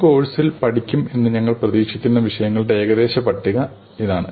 ഈ കോഴ്സിൽ പഠിക്കും എന്ന് ഞങ്ങൾ പ്രതീക്ഷിക്കുന്ന വിഷയങ്ങളുടെ ഏകദേശ പട്ടിക ഇതാ